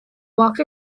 walked